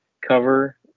cover